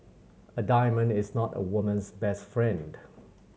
a diamond is not a woman's best friend